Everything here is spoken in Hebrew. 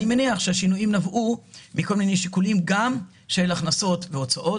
אני מניח שהשינויים נבעו מכל מיני שיקולים גם של הכנסות והוצאות.